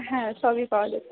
হ্যাঁ সবই পাওয়া যাবে